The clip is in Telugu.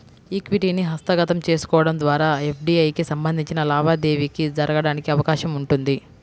ఈక్విటీని హస్తగతం చేసుకోవడం ద్వారా ఎఫ్డీఐకి సంబంధించిన లావాదేవీ జరగడానికి అవకాశం ఉంటుంది